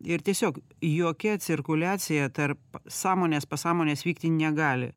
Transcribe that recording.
ir tiesiog jokia cirkuliacija tarp sąmonės pasąmonės vykti negali